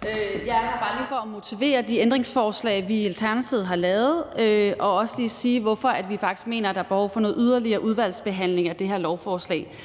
(Ordfører) Theresa Scavenius (ALT): Tak. Jeg er her bare lige for at motivere de ændringsforslag, vi i Alternativet har lavet, og jeg vil også lige sige, hvorfor vi faktisk mener, at der er behov for en yderligere udvalgsbehandling af det her lovforslag.